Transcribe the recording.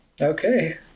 Okay